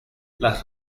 las